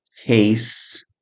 case